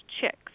chicks